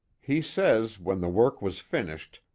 he says, when the work was finished,